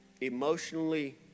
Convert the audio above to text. emotionally